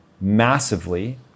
massively